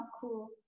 cool